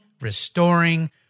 Restoring